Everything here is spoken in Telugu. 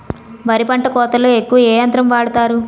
వరి పంట కోతలొ ఎక్కువ ఏ యంత్రం వాడతారు?